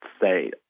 say